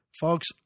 folks